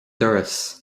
doras